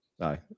Aye